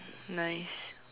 nice